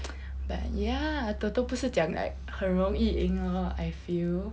but ya TOTO 不是讲 like 很容易赢的 lor I feel